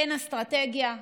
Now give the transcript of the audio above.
אין אסטרטגיה.